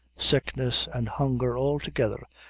sickness, and hunger, all together,